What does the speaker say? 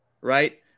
right